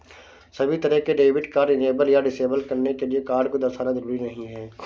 सभी तरह के डेबिट कार्ड इनेबल या डिसेबल करने के लिये कार्ड को दर्शाना जरूरी नहीं है